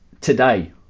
today